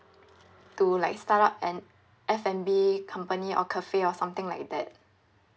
to like startup an F and B company or cafe or something like that